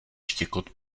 štěkot